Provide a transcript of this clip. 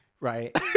right